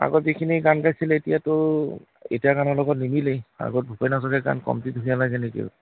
আগত যিখিনি গান গাইছিলে এতিয়াতো এতিয়াৰ গানৰ লগত নিমিলেই আগত ভূপেন হাজৰিকাৰ গান কমতি ধুনীয়া লাগে নেকি